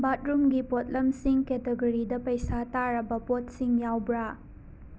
ꯕꯥꯠꯔꯨꯝꯒꯤ ꯄꯣꯠꯂꯝꯁꯤꯡ ꯀꯦꯇꯒꯔꯤꯗ ꯄꯩꯁꯥ ꯇꯥꯔꯕ ꯄꯣꯠꯁꯤꯡ ꯌꯥꯎꯕ꯭ꯔꯥ